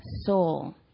soul